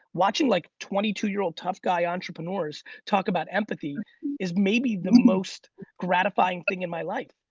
watching like twenty two year old tough guy entrepreneurs talk about empathy is maybe the most gratifying thing in my life.